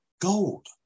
gold